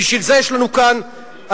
בגלל זה יש לנו כאן אנשים,